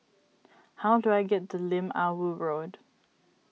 how do I get to Lim Ah Woo Road